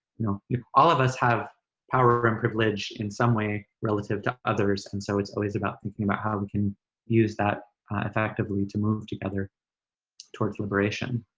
you know yeah all of us have power and privilege in some way, relative to others and so it's always about thinking about how we can use that effectively to move together towards liberation.